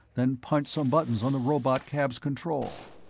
then punched some buttons on the robotcab's control.